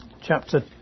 chapter